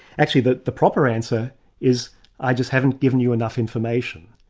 actually the the proper answer is i just haven't given you enough information.